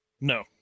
No